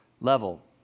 level